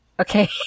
Okay